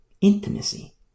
Intimacy